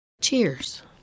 Cheers